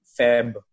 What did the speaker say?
Feb